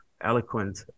eloquent